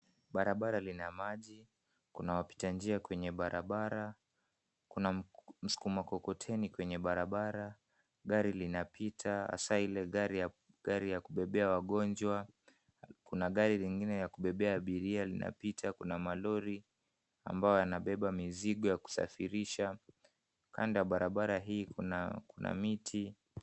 Barabara lina maji. Kuna wapita njia kwenye barabara. Kuna msukuma mkokoteni kwenye barabara. Gari linapita hasa ile gari ya kubebea wagonjwa. Kuna gari lingine la kubeba abiria linapita. Kuna malori ambayo yanabeba mizigo ya kusafirisha. Kando ya barabara hii kuna miti.